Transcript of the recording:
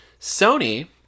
Sony